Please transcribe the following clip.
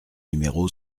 numéro